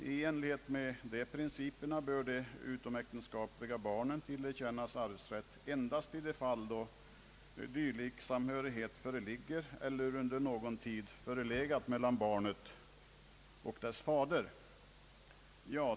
I enlighet med dessa principer bör de utomäktenskapliga barnen tillerkännas arvsrätt endast i de fall då dylik samhörighet föreligger eller under någon tid förelegat mellan barnet och dess fader.